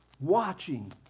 watching